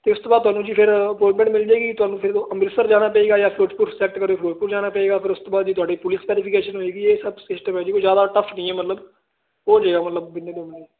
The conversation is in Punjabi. ਤੇ ਇਸ ਤੋਂ ਬਾਅਦ ਤੁਹਾਨੂੰ ਜੀ ਫਿਰ ਅਪੁਆਇੰਟਮੈਂਟ ਮਿਲ ਜਾਏਗੀ ਤੁਹਾਨੂੰ ਫਿਰ ਅੰਮ੍ਰਿਤਸਰ ਜਾਣਾ ਪਏਗਾ ਜਾਂ ਫਿਰੋਜਪੁਰ ਸਲੈਕਟ ਕਰਿਆ ਤਾਂ ਫਿਰੋਜਪੁਰ ਜਾਣਾ ਪਏਗਾ ਫਿਰ ਉਸ ਤੋਂ ਬਾਅਦ ਜੀ ਤੁਹਾਡੀ ਪੁਲਿਸ ਵੈਰੀਫਿਕੇਸ਼ਨ ਹੋਏਗੀ ਇਹ ਸਭ ਸਿਸਟਮ ਆ ਜੀ ਕੋਈ ਜਿਆਦਾ ਟਫ ਨੀ ਮਤਲਬ ਹੋ ਜਾਏਗਾ ਮਤਲਬ